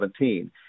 2017